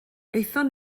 aethon